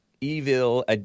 evil